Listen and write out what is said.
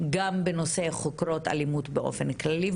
גם בנושא חוקרות אלימות באופן כללי,